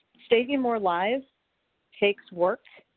saving more lives takes work,